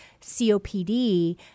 COPD